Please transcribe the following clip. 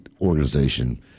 organization